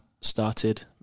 started